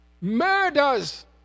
Murders